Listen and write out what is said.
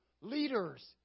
leaders